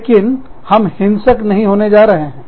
लेकिन हम हिंसक नहीं होने जा रहे हैं